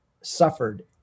suffered